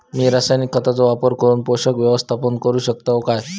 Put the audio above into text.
मी रासायनिक खतांचो वापर करून पोषक व्यवस्थापन करू शकताव काय?